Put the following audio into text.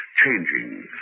changing